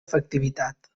efectivitat